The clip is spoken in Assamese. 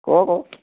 ক আকৌ